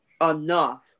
enough